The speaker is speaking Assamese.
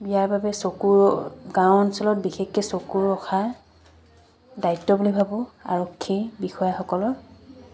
ইয়াৰ বাবে চকুৰ গাঁও অঞ্চলত বিশেষকৈ চকু ৰখা দায়িত্ব বুলি ভাবোঁ আৰক্ষী বিষয়াসকলৰ